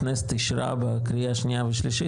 הכנסת אישרה בקריאה שנייה ושלישית,